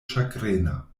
ĉagrena